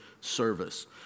service